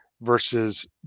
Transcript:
versus